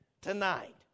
tonight